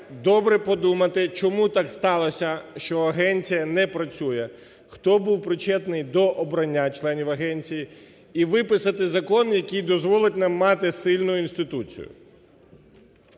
добре подумати, чому так сталось, що агенція не працює? Хто був причетний до обрання членів агенції? І виписати закон, який дозволить нам мати сильну інституцію.